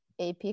ap